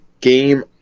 game